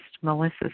Melissa